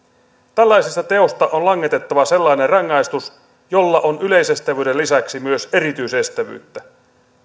tällaisesta teosta on langetettava sellainen rangaistus jolla on yleisestävyyden lisäksi myös erityisestävyyttä